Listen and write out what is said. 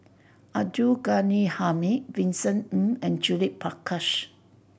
Abdul Ghani Hamid Vincent Ng and Judith Prakash